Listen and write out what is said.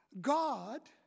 God